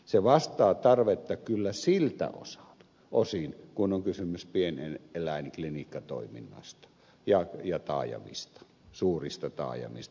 se vastaa tarvetta kyllä siltä osin kuin on kysymys pieneläinklinikkatoiminnasta ja taajamista suurista taajamista